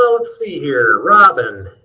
let's see here. robin.